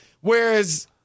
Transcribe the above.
whereas